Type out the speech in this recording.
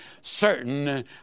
certain